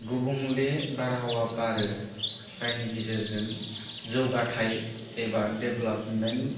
गुबुंले बारहावा बारो जायनि गेजेरजों जौगाथाय एबा देब्लाबमेन्ट